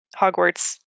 Hogwarts